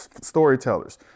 storytellers